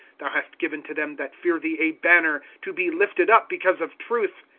thou hast given to them that fear thee a banner, to be lifted up because of truth.